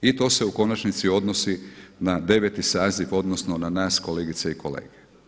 I to se u konačnici odnosi na 9. saziv odnosno na nas kolegice i kolege.